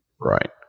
Right